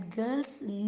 girls